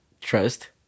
Trust